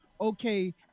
okay